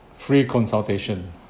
free consultation